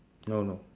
no no